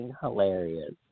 hilarious